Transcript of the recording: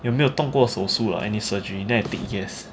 有没有动过手术 lah any surgery then I tick yes